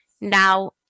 Now